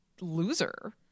loser